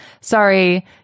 Sorry